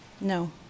No